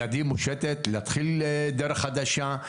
ידי מושטת להתחיל דרך חדשה,